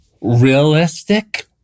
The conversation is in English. Realistic